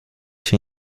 się